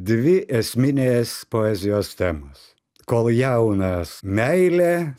dvi esminės poezijos temos kol jaunas meilė